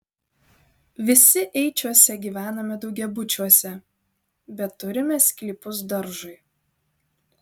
visi eičiuose gyvename daugiabučiuose bet turime sklypus daržui